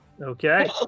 okay